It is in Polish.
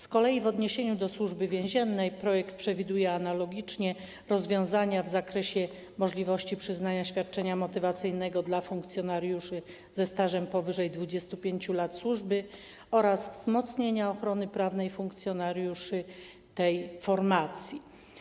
Z kolei w odniesieniu do Służby Więziennej projekt przewiduje analogicznie rozwiązania w zakresie możliwości przyznania świadczenia motywacyjnego dla funkcjonariuszy ze stażem powyżej 25 lat służby oraz wzmocnienia ochrony prawnej funkcjonariuszy tej formacji.